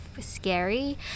scary